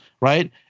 right